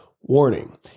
warning